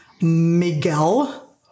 Miguel